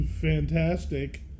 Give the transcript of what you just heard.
fantastic